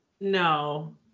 No